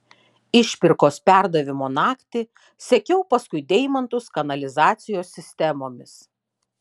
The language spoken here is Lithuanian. išpirkos perdavimo naktį sekiau paskui deimantus kanalizacijos sistemomis